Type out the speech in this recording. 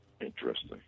Interesting